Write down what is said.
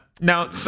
Now